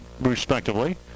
respectively